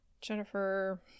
Jennifer